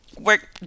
work